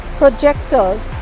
projectors